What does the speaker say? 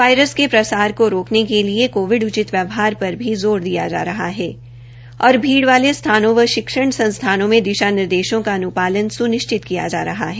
virus के प्रसार को रोकने के लिए कोविड उचित व्यवहार पर भी ज़ोर दिया जा रहा है और भीड़ वाले स्थानों व शिक्षण संस्थानों में दिशा निर्देशों का अनुपालन सुनिश्चित किया जा रहा है